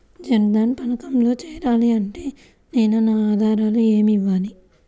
జన్ధన్ పథకంలో చేరాలి అంటే నేను నా ఆధారాలు ఏమి ఇవ్వాలి?